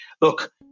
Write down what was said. Look